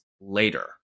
later